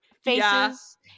faces